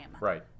Right